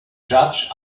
judge